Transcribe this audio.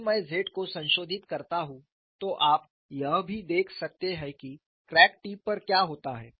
यदि मैं Z को संशोधित करता हूं तो आप यह भी देख सकते हैं कि क्रैक टिप पर क्या होता है